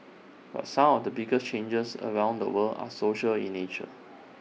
but some of the biggest changes around the world are social in nature